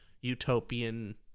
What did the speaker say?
utopian